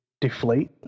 deflate